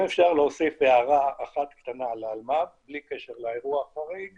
אם אפשר להוסיף הערה אחת קטנה לאלמ"ב בלי קשר לאירוע החריג